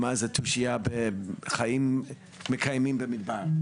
ומה זה תושייה בחיים מקיימים במדבר.